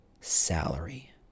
salary